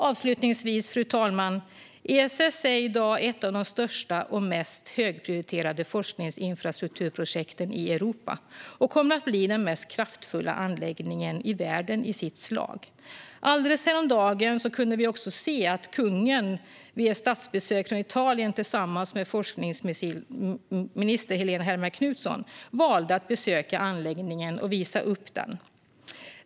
Avslutningsvis, fru talman: ESS är i dag ett av de största och mest högprioriterade forskningsinfrastrukturprojekten i Europa och kommer att bli den mest kraftfulla anläggningen i världen i sitt slag. Häromdagen kunde vi också se att kungen vid ett statsbesök från Italien tillsammans med forskningsminister Helene Hellmark Knutsson valde att besöka anläggningen och visa upp den.